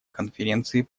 конференции